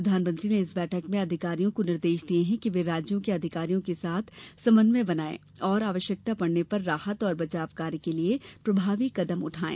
प्रधानमंत्री ने इस बैठक में अधिकारियों को निर्देश दिये कि वे राज्यों के अधिकारियों के साथ समन्वय बनायें और आवश्यकता पड़ने पर राहत व बचाव कार्यों के लिये प्रभावी कदम उठायें